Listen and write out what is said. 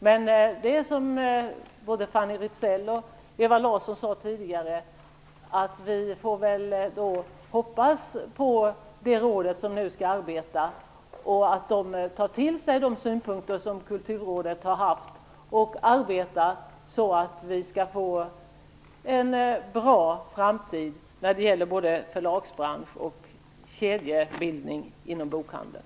Men som både Ewa Larsson och Fanny Rizell tidigare sade får vi hoppas på att det råd som nu skall arbeta tar till sig de synpunkter som Kulturrådet har anfört och skall arbeta på ett sådant sätt att vi får goda framtida förhållanden när det gäller både förlagsbranschen och kedjebildningen inom bokhandeln.